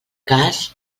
cas